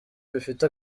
bifite